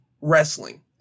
wrestling